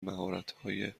مهراتهای